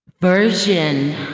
version